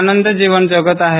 आनंद जीवन जगत आहे